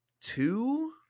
two